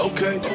Okay